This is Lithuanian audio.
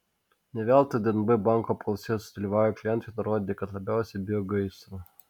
ne veltui dnb banko apklausoje sudalyvavę klientai nurodė kad labiausiai bijo gaisro